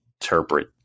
interpret